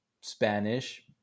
spanish